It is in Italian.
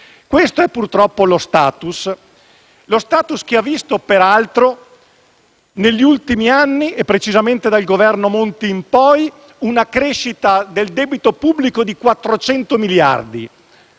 Questo purtroppo è lo *status*, che ha visto peraltro negli ultimi anni - e precisamente dal Governo Monti in poi - una crescita del debito pubblico di 400 miliardi,